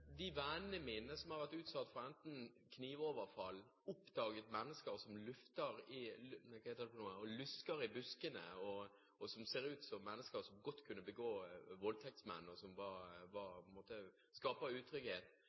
har vært utsatt for enten knivoverfall eller oppdaget mennesker som lusker i buskene, og som ser ut som mennesker som godt kan begå